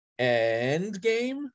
Endgame